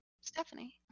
Stephanie